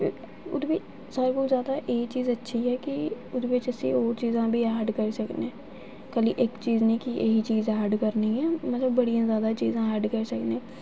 उ'दे बिच सारें कोला जैदा एह् चीज अच्छी ऐ कि ओह्दे बिच अस होर चीजां बी ऐड करी सकने खाल्ली इक चीज निं कि एह् ही चीज ऐड करनी ऐ मतलब बड़ियां जैदा चीजां ऐड करी सकने